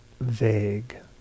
vague